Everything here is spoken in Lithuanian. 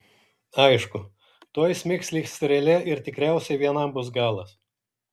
aišku tuoj smigs lyg strėlė ir tikriausiai vienam bus galas